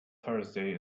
thursday